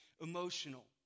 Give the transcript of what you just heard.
emotional